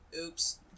oops